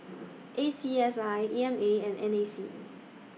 A C S I E M A and N A C